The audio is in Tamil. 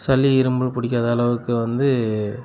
சளி இருமல் பிடிக்காத அளவுக்கு வந்து